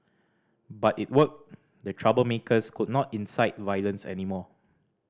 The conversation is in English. but it worked the troublemakers could not incite violence anymore